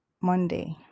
Monday